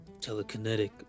telekinetic